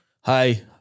Hi